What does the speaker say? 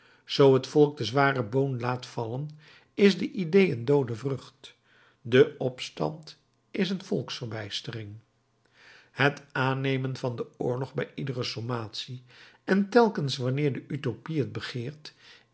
zoo het volk de zwarte boon laat vallen is de idée een doode vrucht de opstand is een volksverbijstering het aannemen van den oorlog bij iedere sommatie en telkens wanneer de utopie het begeert